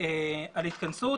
על התכנסות,